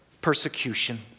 persecution